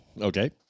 Okay